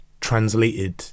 translated